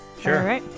Sure